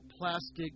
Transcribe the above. plastic